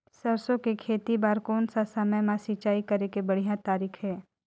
सरसो के खेती बार कोन सा समय मां सिंचाई करे के बढ़िया तारीक हे?